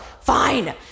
fine